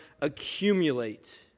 accumulate